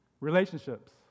relationships